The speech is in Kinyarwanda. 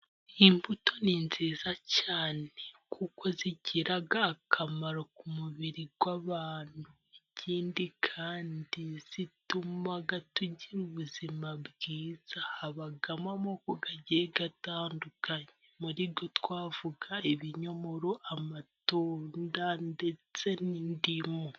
Imbuto ni nziza cyane kuko zigira akamaro ku mubiri w'abantu ikindi kandi zituma tugira ubuzima bwiza habamo amoko agiye atandukanye muri zo twavuga ibinyomoro, amatunda ndetse n'indimu.